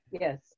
Yes